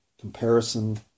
comparison